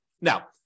Now